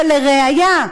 ולראיה,